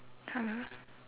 !huh!